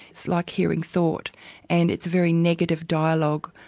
it's like hearing thought and it's very negative dialogue.